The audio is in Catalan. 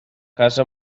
casa